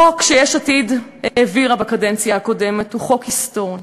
החוק שיש עתיד העבירה בקדנציה הקודמת הוא חוק היסטורי,